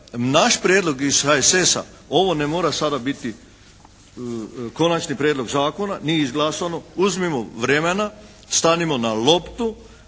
naš prijedlog iz HSS-a, ovo ne mora sada biti konačni prijedlog zakona, ni izglasano. Uzmimo vremena, stanimo na loptu